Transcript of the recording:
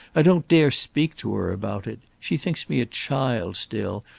i don't dare speak to her about it. she thinks me a child still,